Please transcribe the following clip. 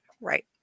Right